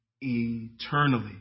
eternally